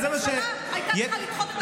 הממשלה הייתה צריכה לדחות את,